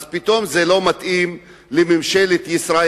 אז פתאום זה לא מתאים לממשלת ישראל,